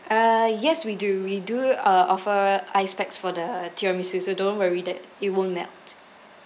ah yes we do we do uh offer ice packs for the tiramisu so don't worry that it won't melt